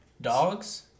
Dogs